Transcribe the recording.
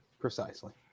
Precisely